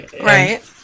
Right